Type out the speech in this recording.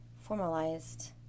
formalized